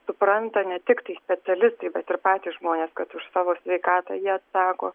supranta ne tiktai specialistai bet ir patys žmonės kad už savo sveikatą jie atsako